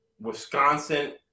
Wisconsin